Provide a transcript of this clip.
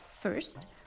First